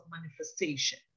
manifestation